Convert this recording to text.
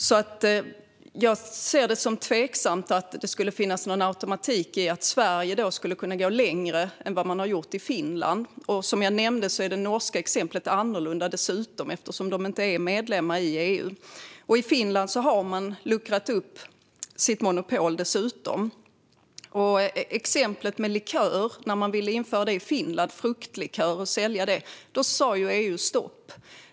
Jag ser det därför som tveksamt att det finns någon automatik i att Sverige skulle kunna gå längre än vad man har gjort i Finland. Som jag nämnde är det norska exemplet annorlunda, eftersom de inte är medlemmar i EU. I Finland har man dessutom luckrat upp sitt monopol. När det gäller exemplet med fruktlikör, som man ville sälja i Finland, sa EU stopp.